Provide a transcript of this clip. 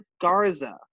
Garza